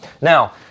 Now